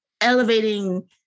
elevating